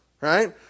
Right